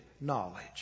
knowledge